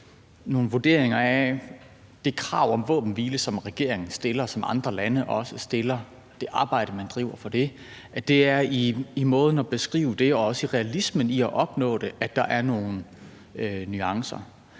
– i vurderingerne af det krav om våbenhvile, som regeringen stiller, og som andre lande også stiller, og det arbejde, man laver for det, og den måde at beskrive det på og realismen i at opnå det. Men på et tidspunkt